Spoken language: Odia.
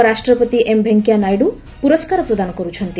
ଉପରାଷ୍ଟ୍ରପତି ଏମ୍ ଭେଙ୍କିୟା ନାଇଡୁ ପୁରସ୍କାର ପ୍ରଦାନ କରୁଛନ୍ତି